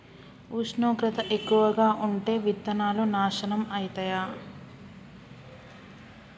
ఉష్ణోగ్రత ఎక్కువగా ఉంటే విత్తనాలు నాశనం ఐతయా?